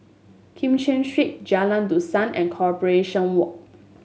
Kim Cheng Street Jalan Dusan and Corporation Walk